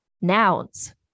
nouns